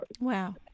Wow